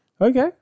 Okay